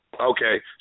Okay